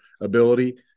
ability